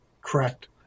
correct